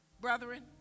Brethren